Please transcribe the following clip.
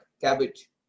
Cabbage